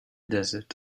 desert